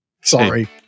sorry